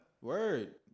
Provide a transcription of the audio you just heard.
Word